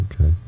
Okay